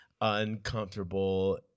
Uncomfortable